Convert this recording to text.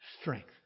strength